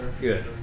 Good